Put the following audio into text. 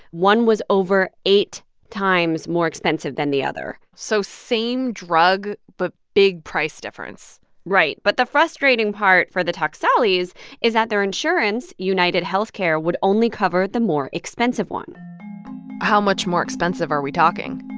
one was over eight times more expensive than the other so same drug but big price difference right. but the frustrating part for the taksalis is is that their insurance, unitedhealthcare, would only cover the more expensive one how much more expensive are we talking?